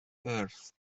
wrth